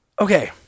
Okay